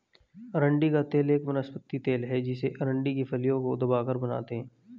अरंडी का तेल एक वनस्पति तेल है जिसे अरंडी की फलियों को दबाकर बनाते है